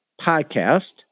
podcast